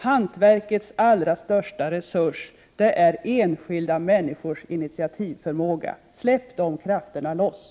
Hantverkets allra största resurs är enskilda människors initiativförmåga. Släpp de krafterna loss!